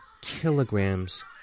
kilograms